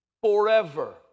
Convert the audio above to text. forever